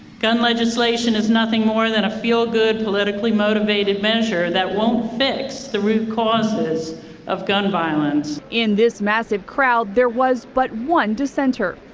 gun legislation is nothing more than a feel-good politically motivated measure that won't fix the root causes of gun violence. reporter in this massive crowd, there was but one dissenter.